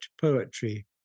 poetry